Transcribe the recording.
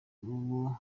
uwo